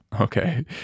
Okay